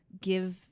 give